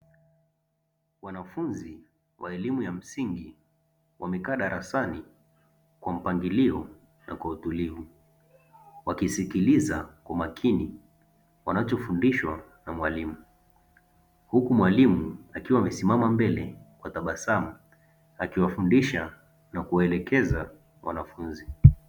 Wanafunzi wa elimu ya msingi wamekaa darasani kwa mpangilio na kwa utulivu, wakisikiliza kwa makini wnaachofundishwa na mwalimu, huku mwalimu, akiwa amesimama mbele kwa tabasamu akiwafundisha na kuwaelekeza wanafunzi.